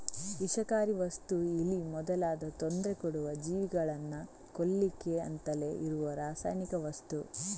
ವಿಷಕಾರಿ ವಸ್ತು ಇಲಿ ಮೊದಲಾದ ತೊಂದ್ರೆ ಕೊಡುವ ಜೀವಿಗಳನ್ನ ಕೊಲ್ಲಿಕ್ಕೆ ಅಂತಲೇ ಇರುವ ರಾಸಾಯನಿಕ ವಸ್ತು